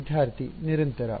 ವಿದ್ಯಾರ್ಥಿ ನಿರಂತರ